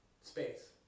Space